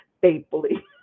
faithfully